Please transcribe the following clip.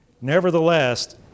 Nevertheless